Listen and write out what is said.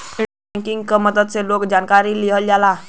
internet banking क मदद से लोन क जानकारी लिहल जा सकला